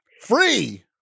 Free